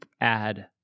add